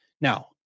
Now